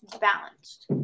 balanced